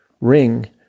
ring